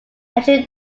andrew